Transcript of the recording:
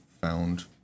found